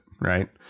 right